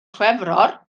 chwefror